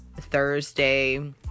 Thursday